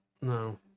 no